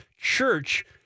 church